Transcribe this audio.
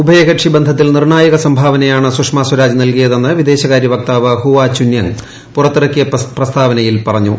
ഉഭയ കക്ഷി ബന്ധത്തിൽ നിർണ്ണായക സംഭാവനയാണ് സുഷ്മ സ്വരാജ് നൽകിയതെന്ന് വിദേശകാര്യ വക്താവ് ഹുവാ ചുന്നൃംഗ് പുറത്തിറക്കിയ പ്രസ്താവനയിൽ പറഞ്ഞു